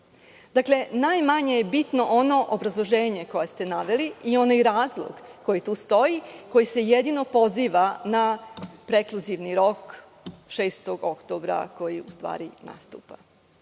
Dakle, najmanje je bitno ono obrazloženje koje ste naveli i onaj razlog koji tu stoji, koji se jedino poziva na prekluzivni rok 6. oktobra, koji u stvari nastupa. Mnogo